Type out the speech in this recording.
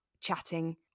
chatting